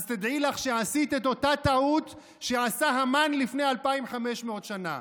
אז תדעי לך שעשית את אותה טעות שעשה המן לפני אלפיים וחמש מאות שנה.